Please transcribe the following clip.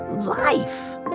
life